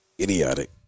Idiotic